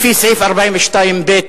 לפי סעיף 42(ב)(1)